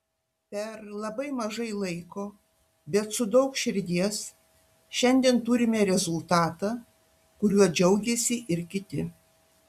per labai mažai laiko bet su daug širdies šiandien turime rezultatą kuriuo džiaugiasi ir kiti